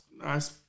Nice